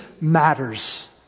matters